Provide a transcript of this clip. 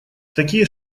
такие